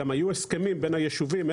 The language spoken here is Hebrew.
גם היו הסכמים בין היישובים.